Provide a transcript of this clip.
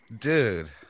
Dude